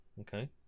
Okay